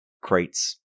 crates